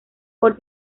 por